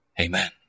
amen